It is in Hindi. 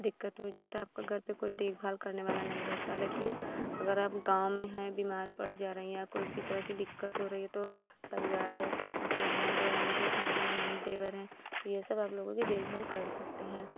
दिक़्क़त हो जाती आपके घर पर कोई देखभाल करने वाला नहीं रहता लेकिन अगर आप गाँव में हैं बीमार पड़ जा रही हैं या कोई की तरह की दिक़्क़त हो रही है तो परिवार ऐसा ससुर है देवरानी झेठानी नन्द देवर हैं तो यह सब आप लोगों की देखभाल कर सकते हैं